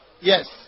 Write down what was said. Yes